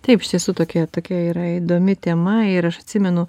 taip iš tiesų tokia tokia yra įdomi tema ir aš atsimenu